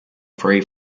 free